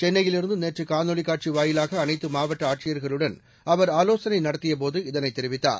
சென்னையிலிருந்து நேற்று காணொலிக் காட்சி வாயிலாக அனைத்து மாவட்ட ஆட்சியர்களுடன் அவர் ஆலோசனை நடத்தியபோது இதனை தெரிவித்தார்